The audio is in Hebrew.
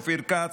אופיר כץ,